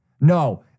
No